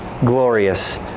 glorious